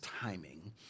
timing